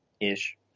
ish